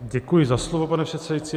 Děkuji za slovo, pane předsedající.